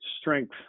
strength